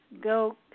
go